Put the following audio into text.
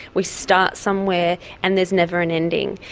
we start somewhere and there's never an ending.